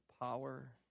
power